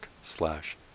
slash